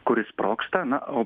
kuris sprogsta na o